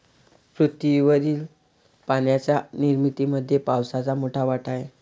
पृथ्वीवरील पाण्याच्या निर्मितीमध्ये पावसाचा मोठा वाटा आहे